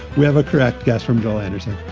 we have a correct guest from joe anderson.